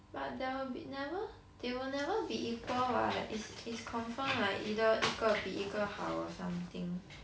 but there will never they will never be equal what is is confirm what either 一个比一个好 or something